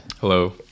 Hello